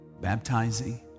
Baptizing